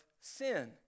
sin